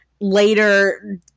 later –